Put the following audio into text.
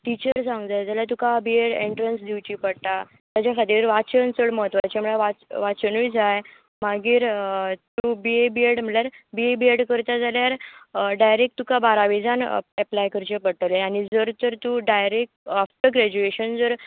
teacher जावंक जाय जाल्यार तुका बीएड एन्ट्रंस दिवची पडटा ताज्या खातीर वाचन चड म्हत्वाचें म्हळ्या वाचनूय जाय मागीर तूं बी ए बी एड म्हणल्यार बी ए बी एड करता जाल्यार डायरेक्ट तुका बारावी जावन एप्लाय करचें पडटलें आनी जर तर तूं डायरेक्ट आफ्टर ग्रॅज्युएशन जर